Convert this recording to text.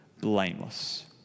blameless